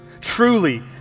Truly